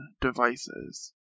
devices